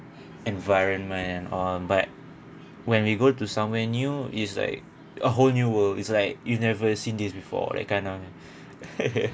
environment um but when we go to somewhere new it's like a whole new world it's like you never seen this before like